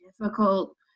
difficult